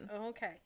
Okay